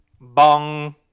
Bong